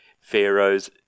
Pharaoh's